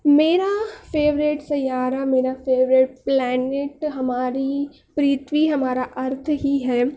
میرا فیوریٹ سیارہ میرا فیوریٹ پلانیٹ ہماری پرتھوی ہمارا ارتھ ہی ہے